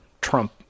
Trump